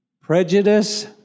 prejudice